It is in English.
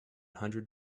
hundred